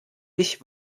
ich